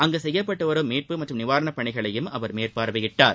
அங்கு கெய்யப்பட்டு வரும் மீட்பு மற்றும் நிவாரணப்பணிகளையும் அவர் மேற்பார்வையிட்டார்